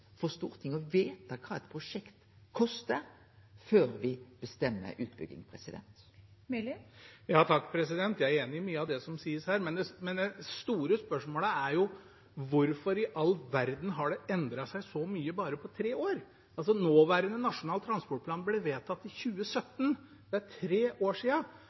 for Stortinget å vete kva eit prosjekt kostar, før ein bestemmer utbygging. Jeg er enig i mye av det som sies her, men det store spørsmålet er jo: Hvorfor i all verden har det endret seg så mye bare på tre år? Nåværende Nasjonal transportplan ble vedtatt i 2017. Det er tre år